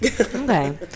Okay